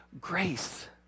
grace